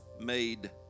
made